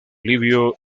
livio